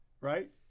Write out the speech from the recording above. right